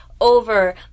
over